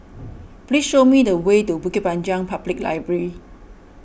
please show me the way to Bukit Panjang Public Library